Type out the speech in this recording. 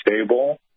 stable